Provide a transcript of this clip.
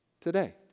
Today